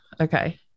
Okay